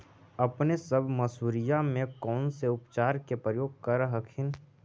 अपने सब मसुरिया मे कौन से उपचार के प्रयोग कर हखिन?